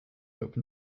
open